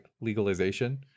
legalization